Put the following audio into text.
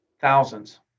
Thousands